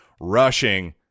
rushing